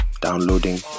downloading